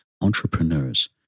entrepreneurs